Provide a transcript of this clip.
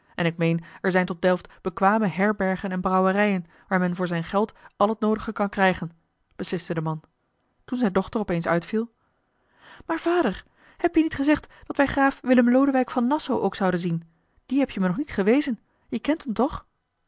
en ik meen er zijn tot delft bekwame herbergen en brouwerijen waar men voor zijn geld al het noodige kan krijgen besliste de man toen zijne dochter op eens uitviel maar vader heb je niet gezegd dat wij graaf willem lodewijk van nassau ook zouden zien dien heb je mij nog niet gewezen jij kent hem toch